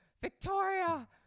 Victoria